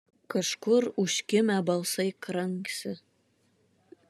kažkur užkimę balsai kranksi